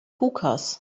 hookahs